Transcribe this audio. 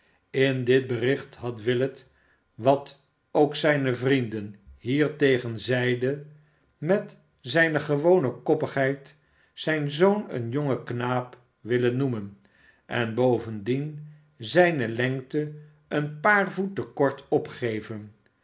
in dit bericht had willet wat ook zijne vrienden hiertegen zeiden met zijne gewone koppigheid zijn zoon een jongen knaap willen noemen en bovendien zijne lengte een paarvoet te kort opgegeven